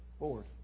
Forward